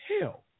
hell